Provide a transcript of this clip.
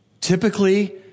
Typically